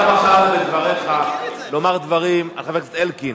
אתה בדבריך אמרת דברים על חבר הכנסת אלקין